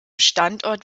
standort